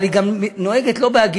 אבל היא גם נוהגת לא בהגינות,